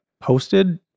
posted